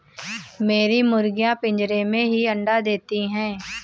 मेरी मुर्गियां पिंजरे में ही अंडा देती हैं